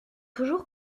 toujours